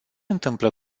întâmplă